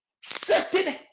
Certain